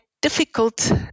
difficult